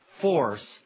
force